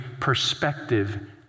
perspective